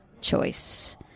choice